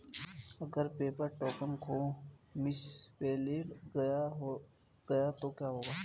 अगर paper token खो misplaced गया तो क्या होगा?